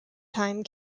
time